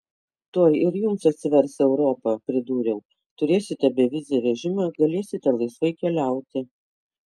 tuoj ir jums atsivers europa pridūriau turėsite bevizį režimą galėsite laisvai keliauti